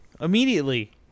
immediately